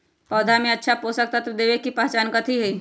पौधा में अच्छा पोषक तत्व देवे के पहचान कथी हई?